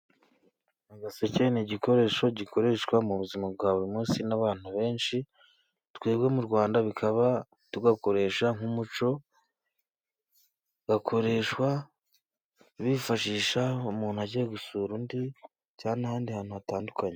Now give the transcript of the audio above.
Agaseke ni igikoresho gikoreshwa mu buzima bwa buri munsi n'abantu benshi twebwe mu Rwanda bikaba tugakoresha nk'umuco, gakoreshwa bifashisha umuntu agiye gusura undi cya n'ahandi hantu hatandukanye.